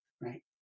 Right